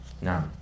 Now